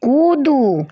कूदू